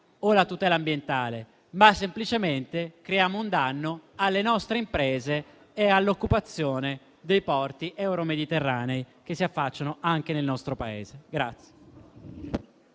o la tutela ambientale, ma semplicemente creiamo un danno alle nostre imprese e all'occupazione dei porti euro mediterranei che si affacciano anche nel nostro Paese.